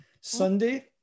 Sunday